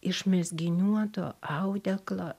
iš mezginių ant to audeklo